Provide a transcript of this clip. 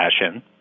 fashion